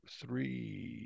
three